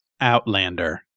Outlander